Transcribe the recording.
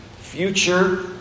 future